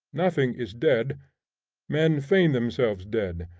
nothing is dead men feign themselves dead,